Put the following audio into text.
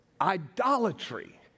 Idolatry